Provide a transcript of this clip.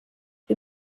wir